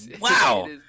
Wow